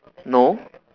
no